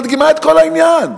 מדגימה את כל העניין.